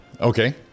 okay